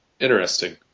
Interesting